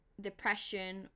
depression